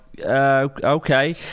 Okay